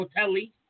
Rotelli